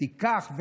תיקח,